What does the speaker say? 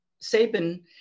Sabin